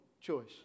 Choice